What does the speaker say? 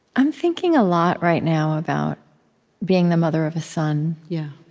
i'm thinking a lot right now about being the mother of a son. yeah